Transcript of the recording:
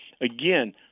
again